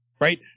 Right